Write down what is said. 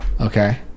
Okay